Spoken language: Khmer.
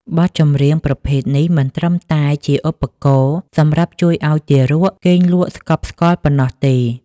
បទចម្រៀងប្រភេទនេះមិនត្រឹមតែជាឧបករណ៍សម្រាប់ជួយឱ្យទារកគេងលក់ស្កប់ស្កល់ប៉ុណ្ណោះទេ